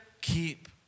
Keep